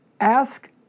Ask